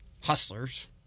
Hustlers